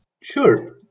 Sure